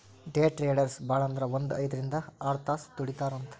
ಡೆ traders ಭಾಳಂದ್ರ ಒಂದ್ ಐದ್ರಿಂದ್ ಆರ್ತಾಸ್ ದುಡಿತಾರಂತ್